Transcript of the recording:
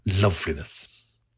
loveliness